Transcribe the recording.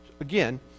Again